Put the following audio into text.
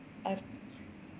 I've